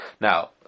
Now